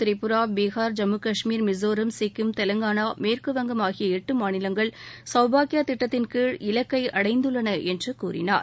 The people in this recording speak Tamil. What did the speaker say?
திரிபுரா பீகார் ஜம்மு காஷ்மீர் மிசோரம் சிக்கிம் தெலங்காளா மேற்கு வங்கம் ஆகிய எட்டு மாநிலங்கள் சௌபாக்யா திட்டத்தின் கீழ் இலக்கை அடைந்துள்ளன என்று கூறினார்